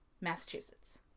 Massachusetts